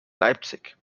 leipzig